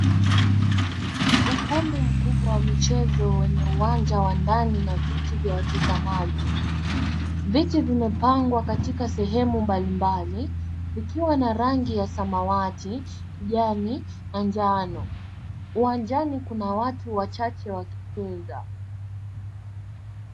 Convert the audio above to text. Ukumbi mkubwa wa michezo wenye uwanja wa ndani na viti vya watazamaji. Viti vimepangwa katika sehemu mbalimbali likiwa na rangi ya samawati, kijani na njano. Uwajani kuna watu wachache wakicheza.